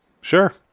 sure